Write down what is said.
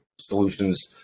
solutions